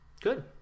Good